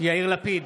יאיר לפיד,